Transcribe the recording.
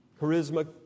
charisma